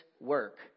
work